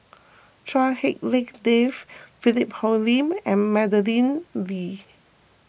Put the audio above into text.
Chua Hak Lien Dave Philip Hoalim and Madeleine Lee